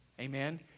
Amen